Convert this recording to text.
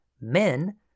men